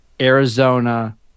Arizona